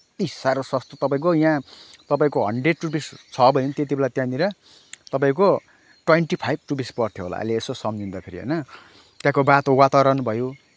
यति साह्रो सस्तो तपाईँको यहाँ तपाईँको हन्ड्रेड रुपिस छ भने त्यतिबेला त्यहाँनिर तपाईँको ट्वेन्टी फाइभ रुपिस पर्थ्यो होला अहिले यसो सम्झिँदाखेरि होइन त्यहाँको वाता वातावरण भयो